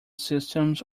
systems